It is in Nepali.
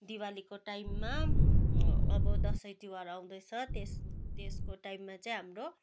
दिवालीको टाइममा अब दसैँ तिहार आउँदैछ त्यस त्यसको टाइममा चाहिँ हाम्रो